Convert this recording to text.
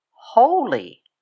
Holy